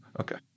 Okay